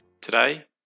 Today